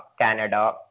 Canada